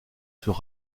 sur